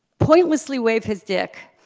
pointlessly wave his dick,